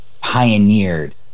pioneered